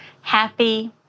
happy